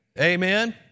Amen